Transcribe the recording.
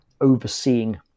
overseeing